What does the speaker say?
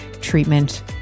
treatment